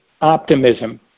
optimism